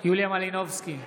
יוליה מלינובסקי,